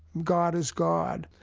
god is god.